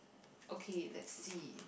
okay let's see